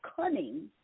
cunning